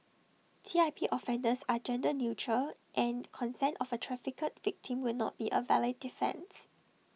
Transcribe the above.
T I P offences are gender neutral and consent of A trafficked victim will not be A valid defence